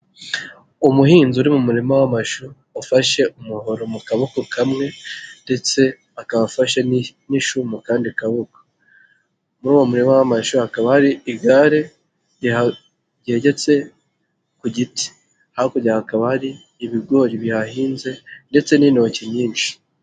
Umuhinzi uri mu murima w'amashu ufashe umuhoro mu kaboko kamwe, ndetse akaba afashe n'ishu mu kandi kaboko, muri uwo murima w'amashu hakaba hari igare ryegetse ku giti, hakurya hakaba hari ibigori bihahinze, ndetse n'intoki nyinshi.